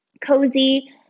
cozy